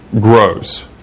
grows